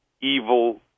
evil